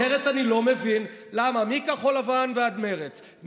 אחרת אני לא מבין למה מכחול לבן ועד מרצ,